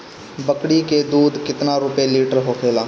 बकड़ी के दूध केतना रुपया लीटर होखेला?